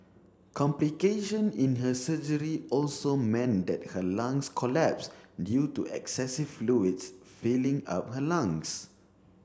complication in her surgery also meant that her lungs collapsed due to excessive fluids filling up her lungs